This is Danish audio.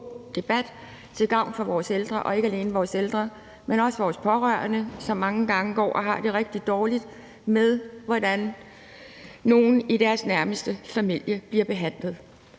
alene til gavn for vores ældre, men også for vores pårørende, som mange gange går og har det rigtig dårligt med, hvordan nogle i deres nærmeste familie bliver behandlet.